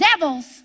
devils